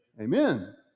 Amen